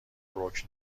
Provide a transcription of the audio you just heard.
بروک